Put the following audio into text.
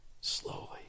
Slowly